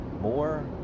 more